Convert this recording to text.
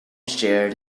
shared